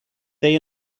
they